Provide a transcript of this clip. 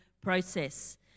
process